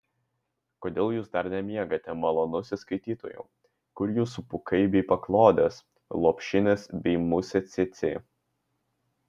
kodėl jūs dar nemiegate malonusis skaitytojau kur jūsų pūkai bei paklodės lopšinės bei musė cėcė